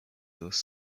those